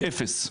אפס.